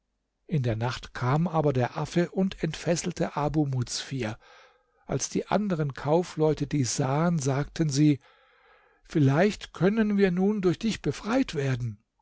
in der nacht kam aber der affe und entfesselte abu muzfir als die anderen kaufleute dies sahen sagten sie vielleicht können wir nun durch dich befreit werden